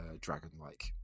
dragon-like